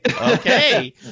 okay